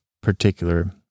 particular